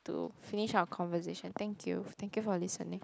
to finish our conversation thank you thank you for listening